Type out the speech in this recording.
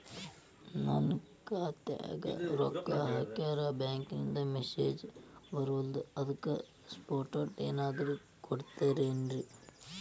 ನನ್ ಖಾತ್ಯಾಗ ರೊಕ್ಕಾ ಹಾಕ್ಯಾರ ಬ್ಯಾಂಕಿಂದ ಮೆಸೇಜ್ ಬರವಲ್ದು ಅದ್ಕ ಸ್ಟೇಟ್ಮೆಂಟ್ ಏನಾದ್ರು ಕೊಡ್ತೇರೆನ್ರಿ?